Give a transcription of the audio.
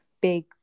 big